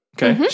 Okay